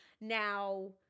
Now